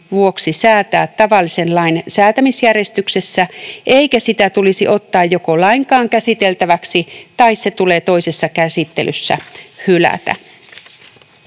vuoksi säätää tavallisen lain säätämisjärjestyksessä eikä sitä tulisi ottaa joko lainkaan käsiteltäväksi tai se tulee toisessa käsittelyssä hylätä.”